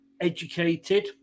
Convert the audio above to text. educated